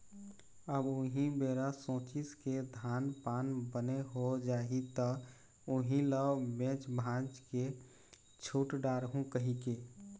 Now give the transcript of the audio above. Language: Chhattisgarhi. अब उही बेरा सोचिस के धान पान बने हो जाही त उही ल बेच भांज के छुट डारहूँ कहिके